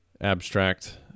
abstract